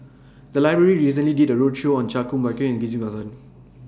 The Library recently did A roadshow on Chan Kum Wah Roy and Ghillie BaSan